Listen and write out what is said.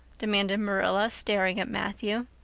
demanded marilla, staring at matthew.